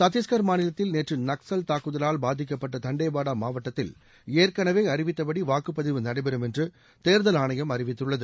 சத்தீஸ்கர் மாநிலத்தில் நேற்று நக்கல் தாக்குதலால் பாதிக்கப்பட்ட தண்டேவாடா மாவட்டத்தில் ஏற்கனவே அறிவித்தபடி வாக்குப் பதிவு நடைபெறம் என்று தேர்தல் ஆணையம் அறிவித்துள்ளது